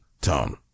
tone